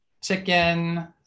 chicken